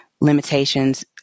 limitations